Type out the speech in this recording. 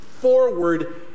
forward